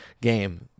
game